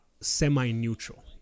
semi-neutral